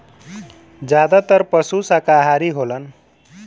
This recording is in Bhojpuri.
जादातर पसु साकाहारी होलन